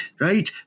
right